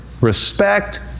respect